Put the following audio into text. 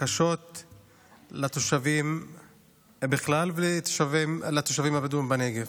הקשות של התושבים בכלל ושל התושבים הבדואים בנגב.